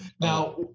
Now